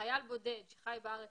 חייל בודד שחי בארץ